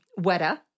Weta